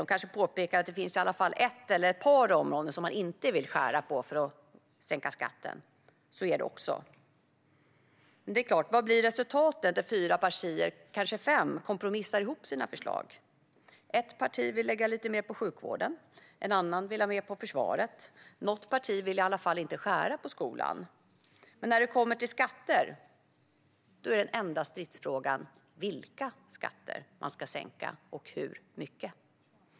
De kanske påpekar att det i alla fall finns ett eller att par områden som de inte vill skära ned på för att sänka skatten. Så är det också, men vad blir resultatet när fyra - eller kanske fem - partier kompromissar ihop sina förslag? Ett parti vill lägga lite mer på sjukvården medan ett annat vill lägga mer på försvaret. Något parti vill i alla fall inte skära ned på skolan. Men när det gäller skatter är den enda stridsfrågan vilka skatter man ska sänka och hur mycket.